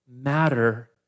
matter